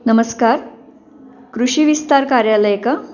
नमस्कार कृषी विस्तार कार्यालय का